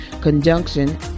conjunction